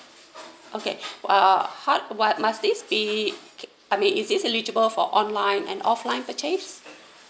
okay uh hard what must this be I mean is this eligible for online and offline purchase